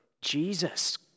Jesus